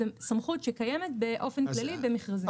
זה סמכות שקיימת באופן כללי במכרזים.